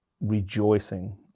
rejoicing